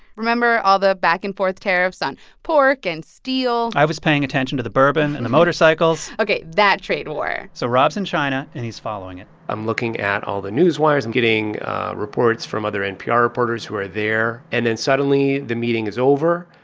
remember all the back-and-forth tariffs on pork and steel? i was paying attention to the bourbon and the motorcycles ok, that trade war so rob's in china, and he's following it i'm looking at all the news wires and getting reports from other npr reporters who are there. and then suddenly, the meeting is over,